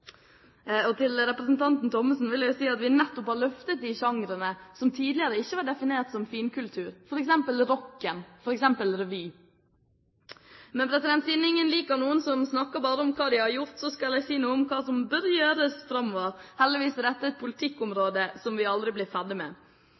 og revy. Siden ingen liker noen som bare snakker om hva de har gjort, skal jeg si noe om hva som bør gjøres framover. Heldigvis er dette et